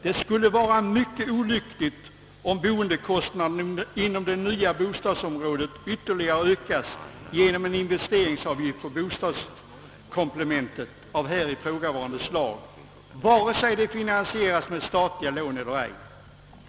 Det skulle vara mycket olyckligt om boendekostnaderna inom de nya bostadsområdena ytterligare ökas genom en investeringsavgift för bostadskomplement av här ifrågavarande slag, vare sig de finansieras med statliga lån eller ej.